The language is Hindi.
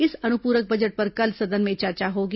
इस अनुपूरक बजट पर कल सदन में चर्चा होगी